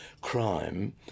crime